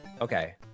Okay